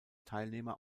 teilnehmer